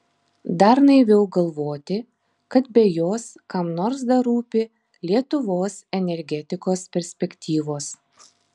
dar naiviau galvoti kad be jos kam nors dar rūpi lietuvos energetikos perspektyvos